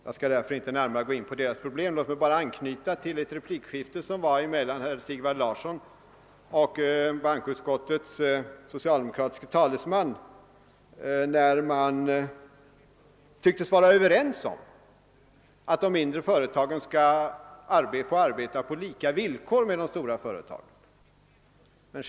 Jag skall därför inte gå närmare in på deras problem, men låt mig bara anknyta till ett replikskifte mellan herr Sigvard Larsson och bankoutskottets socialdemokratiska talesman när man tycktes vara överens om att de mindre företagen skall få arbeta på lika villkor som de stora företagen.